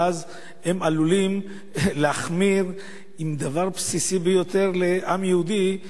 ואז הם עלולים להחמיר עם דבר בסיסי ביותר לעם יהודי,